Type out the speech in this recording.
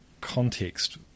context